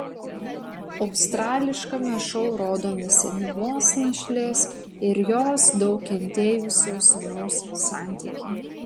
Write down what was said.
australiškame šou rodomi senyvos našlės ir jos daug kentėjusio sūnaus santykiai